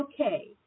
okay